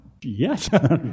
Yes